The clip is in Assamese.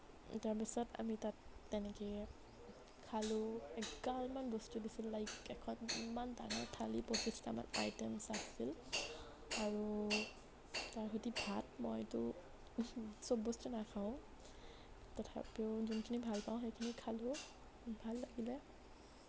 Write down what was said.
তাৰপিছত আমি তাত তেনেকেই খালোঁ এগালমান বস্তু দিছিল লাইক এখন ইমান ডাঙৰ থালী পঁচিশটা মান আইটেমছ আছিল আৰু তাৰ সৈতে ভাত মইটো সব বস্তু নাখাওঁ তথাপিও যোনখিনি ভাল পাওঁ সেইখিনি খালোঁ ভাল লাগিলে